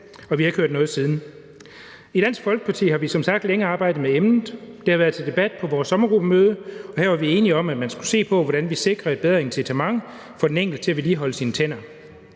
og vi har ikke hørt noget siden. I Dansk Folkeparti har vi som sagt længe arbejdet med emnet. Det har været til debat på vores sommergruppemøde, og her var vi enige om, at man skulle se på, hvordan vi sikrer et bedre incitament for den enkelte til at vedligeholde sine tænder.